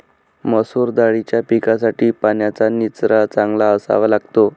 मसूर दाळीच्या पिकासाठी पाण्याचा निचरा चांगला असावा लागतो